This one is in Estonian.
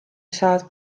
saad